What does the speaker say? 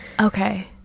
okay